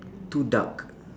two duck